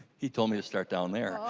he told me to start down there.